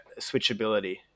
switchability